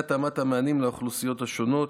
התאמת המענים לאוכלוסיות השונות,